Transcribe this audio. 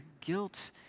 guilt